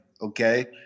Okay